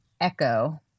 Echo